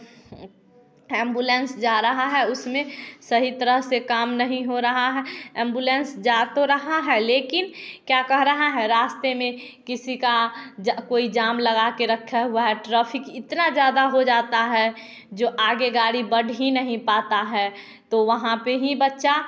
ambulance जा रहा है उसमें सही तरह से काम नहीं हो रहा है एंबुलेंस जा तो रहा है लेकिन क्या कह रहा है रास्ते में किसी का कोई जाम लगा के रखा हुआ है ट्रैफिक इतना ज़्यादा हो जाता है जो आगे गाड़ी बढ़ी नहीं पाता है तो वहाँ पर ही बच्चा